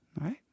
right